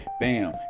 Bam